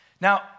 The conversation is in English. Now